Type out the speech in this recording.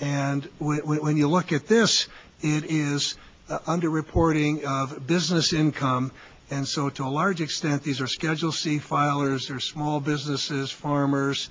and we when you look at this it is under reporting business income and so to a large extent these are schedule c filers or small businesses farmers